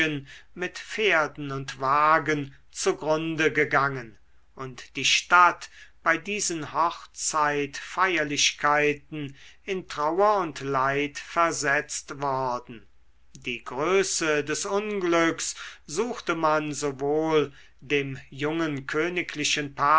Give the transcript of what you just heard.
mit pferden und wagen zu grunde gegangen und die stadt bei diesen hochzeitfeierlichkeiten in trauer und leid versetzt worden die größe des unglücks suchte man sowohl dem jungen königlichen